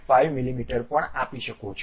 5 મીમી પણ આપી શકો છો